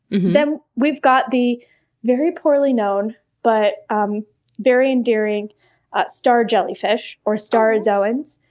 then we've got the very poorly known but um very endearing star jellyfish, or staurozoans.